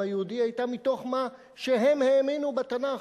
היהודי היתה מתוך מה שהם האמינו בתנ"ך,